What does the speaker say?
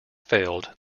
failed